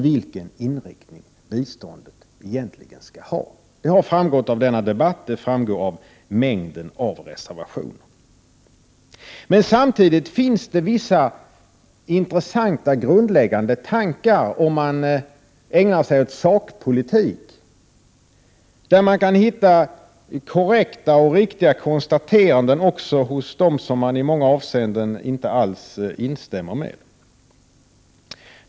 Detta har framgått av den här debatten men också av mängden av reservationer till utskottets betänkande. Samtidigt finns det vissa intressanta grundläggande tankar, om man ägnar sig åt sakpolitik. Där kan man hitta korrekta och riktiga konstateranden också hos dem som man i många avseenden inte alls instämmer med.